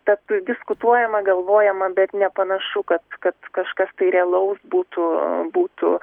tad diskutuojama galvojama bet nepanašu kad kad kažkas tai realaus būtų būtų